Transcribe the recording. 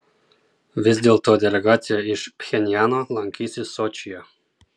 vis dėl to delegacija iš pchenjano lankysis sočyje